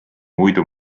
muidu